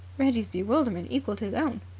reggie's bewilderment equalled his own.